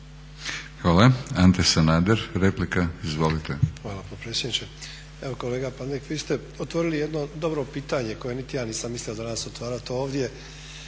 Hvala. Ante Sanader replika. Izvolite.